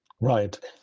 Right